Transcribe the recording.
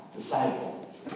disciple